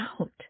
out